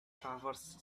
transverse